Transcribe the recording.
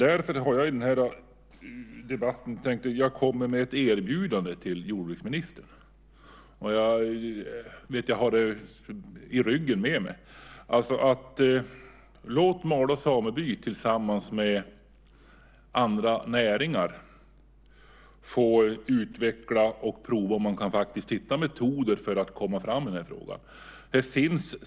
Därför tänkte jag i den här debatten komma med ett erbjudande till jordbruksministern om något som jag går och bär på. Det handlar om att låta Malå sameby tillsammans med andra näringar få utveckla och prova om det går att hitta metoder för att komma framåt i frågan.